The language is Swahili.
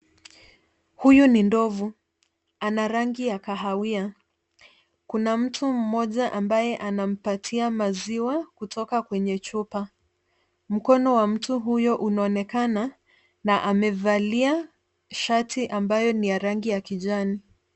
Huyu ni ndovu ana rangi ya kahawia, kuna mtu mmoja ambaye anampatia maziwa kutoka kwenye chupa ,mkono wa mtu huyo unaonekana na amevalia shati ambayo ni ya rangi ya kijani.